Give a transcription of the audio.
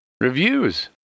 Reviews